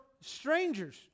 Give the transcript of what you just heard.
strangers